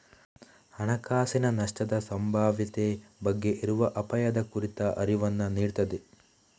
ಹಣಕಾಸಿನ ನಷ್ಟದ ಸಂಭಾವ್ಯತೆ ಬಗ್ಗೆ ಇರುವ ಅಪಾಯದ ಕುರಿತ ಅರಿವನ್ನ ನೀಡ್ತದೆ